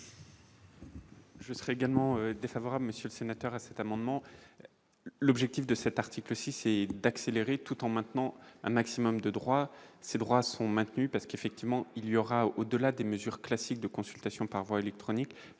Je serais également défavorable, monsieur le sénateur à cet amendement, l'objectif de cet article VI et d'accélérer tout en maintenant un maximum de droit, ces droits sont maintenus parce qu'effectivement, il y aura, au-delà des mesures classiques de consultations par voie électronique,